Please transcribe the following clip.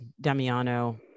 Damiano